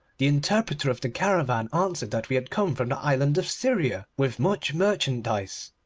the interpreter of the caravan answered that we had come from the island of syria with much merchandise.